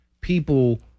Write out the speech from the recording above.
people